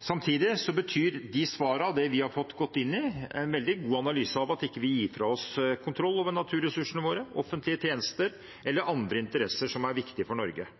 Samtidig er de svarene og det vi har fått gå inn i, en veldig god analyse av at vi ikke gir fra oss kontroll over naturressursene våre, offentlige tjenester eller andre interesser som er viktige for Norge.